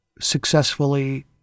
successfully